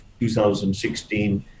2016